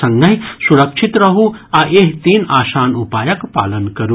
संगहि सुरक्षित रहू आ एहि तीन आसान उपायक पालन करू